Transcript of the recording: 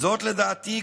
תודה רבה.